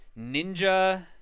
Ninja